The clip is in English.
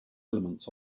elements